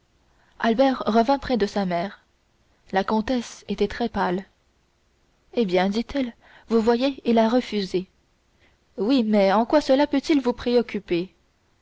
albert revint près de sa mère la comtesse était très pâle eh bien dit-elle vous voyez il a refusé oui mais en quoi cela peut-il vous préoccuper